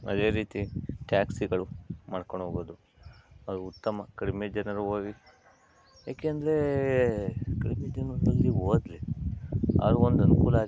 ಅದೇ ರೀತಿ ಟ್ಯಾಕ್ಸಿಗಳು ಮಾಡ್ಕೊಂಡು ಹೋಗ್ಬೋದು ಅದು ಉತ್ತಮ ಕಡಿಮೆ ಜನರು ಹೋಗಿ ಯಾಕೆಂದರೆ ಕಡಿಮೆ ಜನ ಅಲ್ಲಿ ಹೋದ್ರೆ ಅದೊಂದು ಅನುಕೂಲ ಆಗಿರುತ್ತೆ